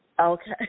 okay